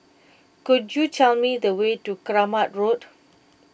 could you tell me the way to Keramat Road